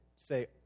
say